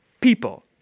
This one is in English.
people